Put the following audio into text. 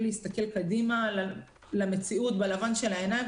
להסתכל קדימה למציאות בלבן של העיניים,